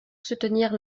soutenir